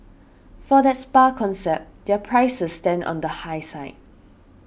for that spa concept their prices stand on the high side